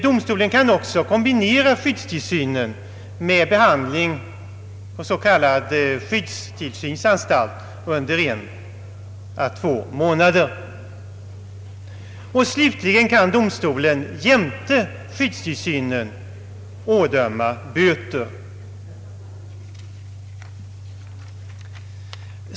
Domstolen kan också kombinera skyddstillsynen med behandling på s.k. skyddstillsynsanstalt under en å två månader. Slutligen kan domstolen jämte skyddstillsyn ådöma böter.